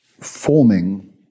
forming